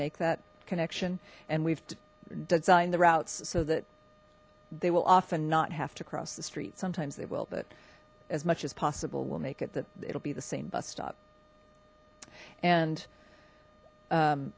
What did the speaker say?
make that connection and we've designed the routes so that they will often not have to cross the street sometimes they will but as much as possible we'll make it that it'll be the same bus stop and